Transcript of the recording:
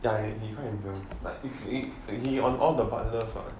I he quite handsome but hw he on all the partners what